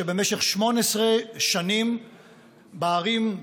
שבמשך 18 שנים בערים,